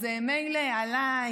אז ממילא עליי,